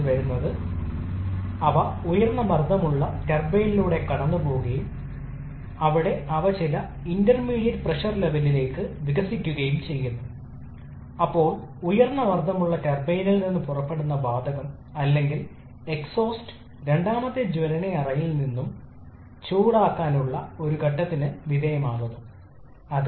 എന്നിരുന്നാലും ഒരു പ്രധാന വ്യത്യാസമുണ്ട് കാരണം ബ്രൈറ്റൺ ചക്രം വാതകവുമായി ബന്ധപ്പെട്ടിരിക്കുന്നു റോട്ടറി മെഷിനറികളിൽ പ്രവർത്തിക്കുന്ന ടർബൈനുകൾ അവയുമായി ബന്ധപ്പെട്ടവ പരസ്പരം പ്രതികരിക്കുന്നതിലല്ല എസ്ഐ സിഐ എഞ്ചിനുകൾക്കൊപ്പം അതായത് ഓട്ടോ ഡീസൽ സൈക്കിളുകൾ